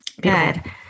Good